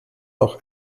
noch